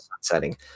setting